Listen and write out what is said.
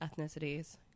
ethnicities